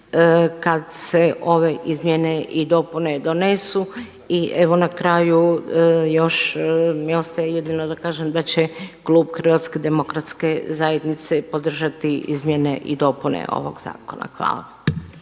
kada se ove izmjene i dopune donesu. Evo na kraju još mi ostaje jedino da kažem da će klub HDZ-a podržati izmjene i dopune ovog zakona. Hvala.